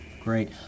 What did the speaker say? Great